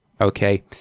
Okay